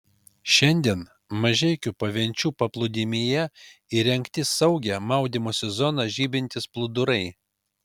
šiandien mažeikių pavenčių paplūdimyje įrengti saugią maudymosi zoną žymintys plūdurai